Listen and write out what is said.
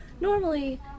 normally